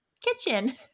kitchen